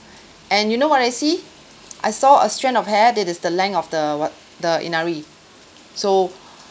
and you know what I see I saw a strand of hair that is the length of the what the inari so